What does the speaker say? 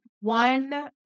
one